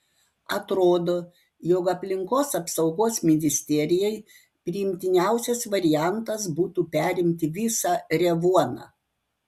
atrodo jog aplinkos apsaugos ministerijai priimtiniausias variantas būtų perimti visą revuoną